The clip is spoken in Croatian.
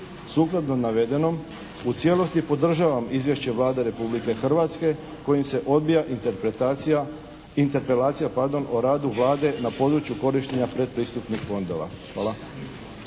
Sukladno navedenom u cijelosti podržavam izvješće Vlade Republike Hrvatske kojim se odbija interpretacija, interpelacija pardon o radu Vlade na području korištenja predpristupnih fondova. Hvala.